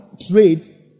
trade